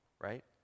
right